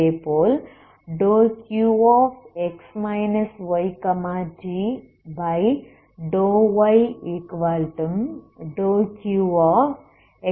அதேபோல் ∂Qx yt∂y∂Qx yt∂